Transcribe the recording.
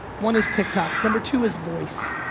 one is tick-tock, number two is voice.